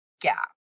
gap